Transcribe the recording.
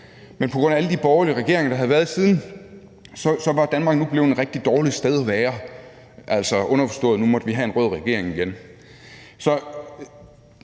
men på grund af alle de borgerlige regeringer, der havde været siden, var Danmark nu blevet et rigtig dårligt sted at være, altså, underforstået: Nu måtte vi have en rød regering igen.